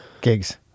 gigs